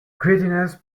greediness